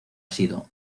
sido